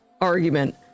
argument